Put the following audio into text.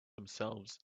themselves